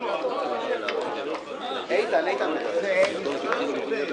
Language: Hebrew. ננעלה בשעה 12:10.